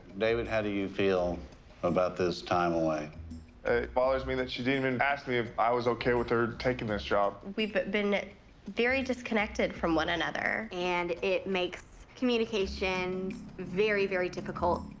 david, how do you feel about this time away? it bothers me that she didn't even ask me if i was okay with her taking this job. we've been very disconnected from one another, and it makes communications very, very difficult.